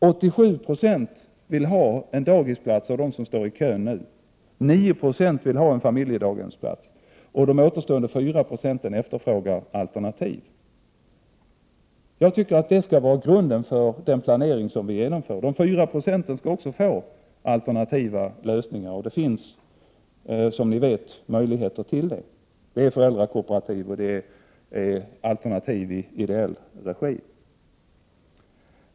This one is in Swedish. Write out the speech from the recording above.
87 96 av dem som nu står i kön vill ha en daghemsplats, 9 96 vill ha en familjedaghemsplats och de återstående 4 procenten efterfrågar alternativ. Jag tycker att detta skall vara grunden för planeringen. Även de 4 procenten skall få alternativa lösningar, och det finns, som ni vet, möjligheter till det. Det är föräldrakooperativ och alternativ i ideell regi.